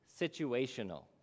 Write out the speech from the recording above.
situational